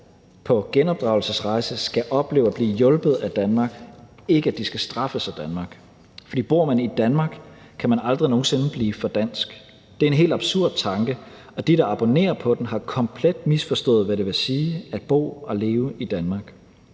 på genopdragelsesrejse, skal opleve at blive hjulpet af Danmark, ikke at blive straffet af Danmark. For bor man i Danmark, kan man aldrig nogen sinde blive for dansk. Det er en helt absurd tanke, og de, der abonnerer på den, har komplet misforstået, hvad det vil sige at bo og leve i Danmark.